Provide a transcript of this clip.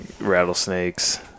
rattlesnakes